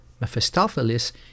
Mephistopheles